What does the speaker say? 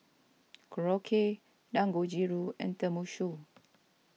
Korokke Dangojiru and Tenmusu